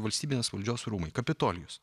valstybinės valdžios rūmai kapitolijus